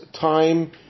time